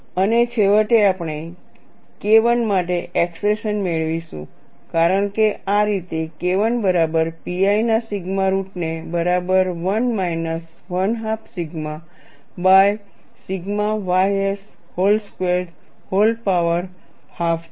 અને છેવટે આપણે KI માટે એક્સપ્રેશન મેળવીશું કારણ કે આ રીતે KI બરાબર pi ના સિગ્મા રુટને બરાબર 1 minus 12 sigma by sigma ys whole squared whole power half છે